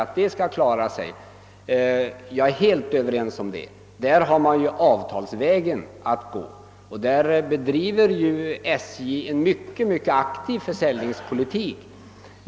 På den punkten är jag helt överens med kommunikationsministern. Vi har härvidlag avtalsvägen att gå. SJ bedriver också en mycket aktiv försäljningspolitik.